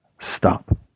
stop